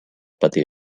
patir